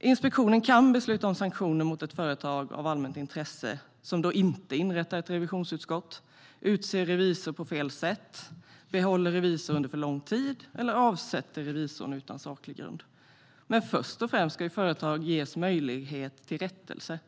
Finansinspektionen kan besluta om sanktioner mot ett företag av allmänt intresse som inte inrättar ett revisionsutskott, utser revisor på fel sätt, behåller revisorn för lång tid eller avsätter revisorn utan saklig grund. Men först och främst ska företag ges möjlighet till rättelse.